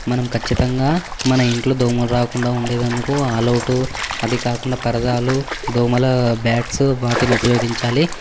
మనం ఖచ్చితంగా మన ఇంట్లో దోమలు రాకుండా ఉండేటందుకు ఆల్ ఔటు అది కాకుండా పరదాలు దోమల బ్యాట్స్ వాటినుపయోగించాలి